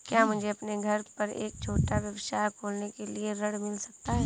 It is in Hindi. क्या मुझे अपने घर पर एक छोटा व्यवसाय खोलने के लिए ऋण मिल सकता है?